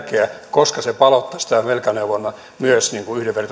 koska se palauttaisi tämän velkaneuvonnan myös